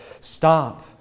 stop